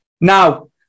now